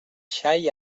xai